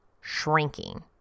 shrinking